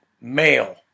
male